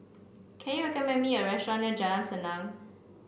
can you recommend me a restaurant near Jalan Senang